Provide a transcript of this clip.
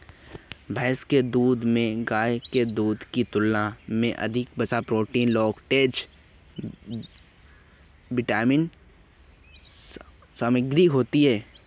भैंस के दूध में गाय के दूध की तुलना में अधिक वसा, प्रोटीन, लैक्टोज विटामिन सामग्री होती है